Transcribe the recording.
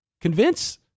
convince